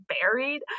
buried